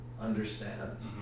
understands